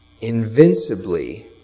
invincibly